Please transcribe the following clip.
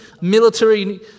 military